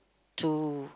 to